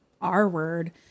R-word